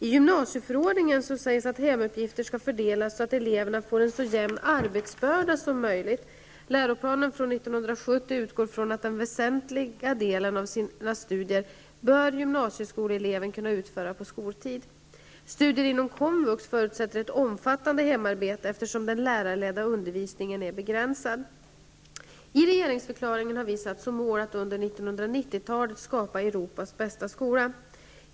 I gymnasieförordningen sägs att hemuppgifter skall fördelas så att eleverna får en så jämn arbetsbörda som möjligt. Läroplanen från 1970 utgår från att gymnasieskoleleven bör kunna utföra den väsentliga delen av sina studier på skoltid. Studier inom komvux förutsätter ett omfattande hemarbete eftersom den lärarledda undervisningen är begränsad. I regeringsförklaringen har vi satt som mål att under 1990-talet skapa Europas bästa skola.